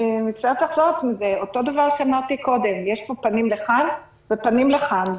ואני מצטערת לחזור על עצמי יש פה פנים לכאן ופנים לכאן.